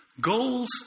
Goals